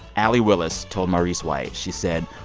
allee willis told maurice white she said,